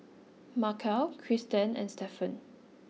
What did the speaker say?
Markell Cristen and Stefan